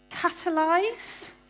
catalyze